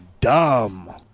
dumb